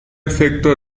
efecto